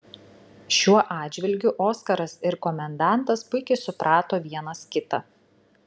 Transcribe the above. šiuo atžvilgiu oskaras ir komendantas puikiai suprato vienas kitą